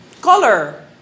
color